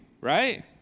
right